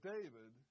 David